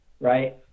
right